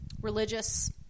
religious